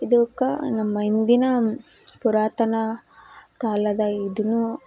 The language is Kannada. ಇದಕ್ಕೆ ನಮ್ಮ ಹಿಂದಿನ ಪುರಾತನ ಕಾಲದಾಗೆ ಇದು